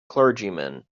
clergyman